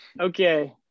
okay